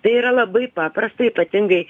tai yra labai paprasta ypatingai